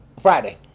Friday